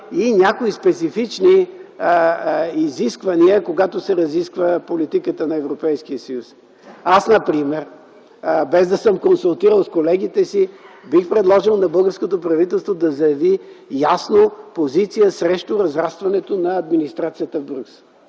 и някои специфични изисквания, когато се разисква политиката на Европейския съюз. Аз например, без да съм се консултирал с колегите си, бих предложил на българското правителство да изрази ясна позиция срещу разрастването на администрацията в Брюксел